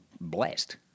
blessed